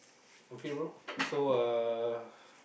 okay bro so uh